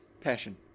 Passion